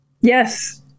Yes